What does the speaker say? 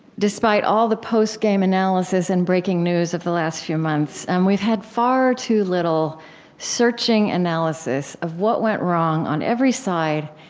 despite all the post-game um analysis and breaking news of the last few months, and we've had far too little searching analysis of what went wrong on every side,